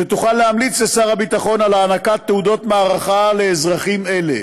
והיא תוכל להמליץ לשר הביטחון על הענקת תעודות מערכה לאזרחים האלה.